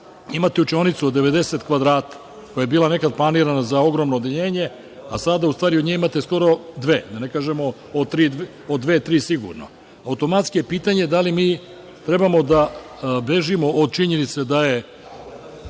imate učionicu od 90 kvadrata koja je bila nekad planirana za ogromno odeljenje, a sada u stvari od nje imate skoro dve, da ne kažemo, od dve, tri sigurno, automatski je pitanje da li mi trebamo da bežimo od činjenice da je